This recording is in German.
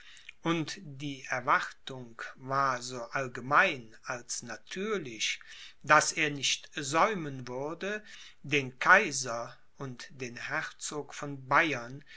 und die erwartung war so allgemein als natürlich daß er nicht säumen würde den kaiser und den herzog von bayern